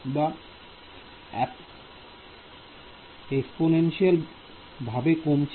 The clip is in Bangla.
Student এক্সপোনেনশিয়াল ভাবে কমছে